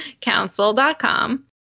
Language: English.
council.com